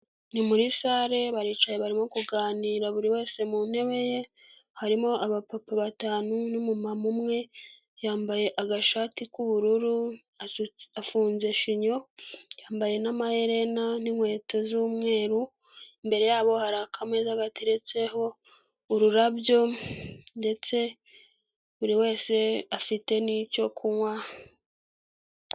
Ni muri sale baricaye barimo kuganira buri wese mu ntebe ye, harimo abapapa batanu n'umumama umwe, yambaye agashati k'ubururu afunze shinyo, yambaye n'amaherena n'inkweto z'umweru, imbere yabo hari akameza gateretseho ururabyo ndetse buri wese afite n'icyo kunywa.